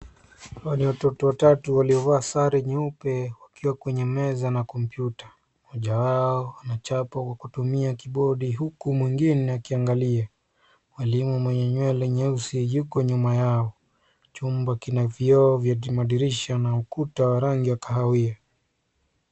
Hawa ni watoto watatu waliovaa sare nyeupe wakiwa kwenye meza na kompyuta. Mmoja wao anachapa kutumia kibodi huku mwingine akiangalia. Mwalimu mwenye nywele nyeusi yuko nyuma yao. Chumba kina kioo vya madirisha na ukuta wa rangi ya kahawia.